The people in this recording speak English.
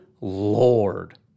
Lord